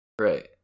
Right